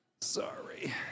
sorry